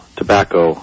tobacco